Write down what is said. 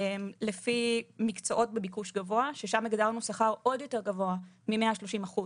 לפי מקצועות בביקוש גבוה - שם הגדרנו שכר עוד יותר גבוה מ-130 אחוז